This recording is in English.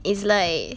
is like